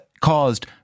caused